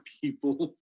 people